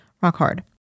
rock-hard